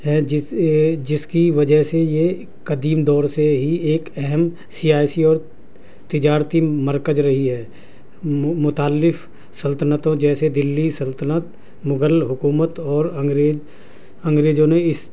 ہے جس جس کی وجہ سے یہ قدیم دور سے ہی ایک اہم سیاسی اور تجارتی مرکز رہی ہے مختلف سلطنتوں جیسے دلی سلطنت مغل حکومت اور انگریز انگریزوں نے اس